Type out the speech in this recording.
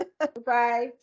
Goodbye